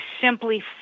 simply